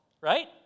right